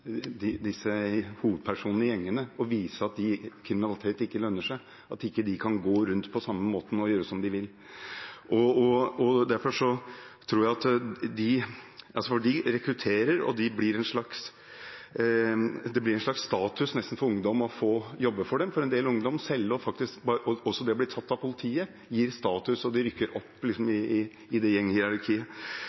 at kriminalitet ikke lønner seg, slik at de ikke kan gå rundt på samme måte og gjøre som de vil. De rekrutterer, og det blir nesten en slags status – for en del ungdommer – knyttet til det å jobbe og selge for dem. Også det å bli tatt av politiet gir status, og de rykker da opp i gjenghierarkiet. Jeg mener man nå ikke bare skal konsentrere seg om etterforskning av hendelser som har skjedd. I politireformen er det veldig mye vekt på etterforskning, men når det